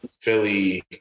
Philly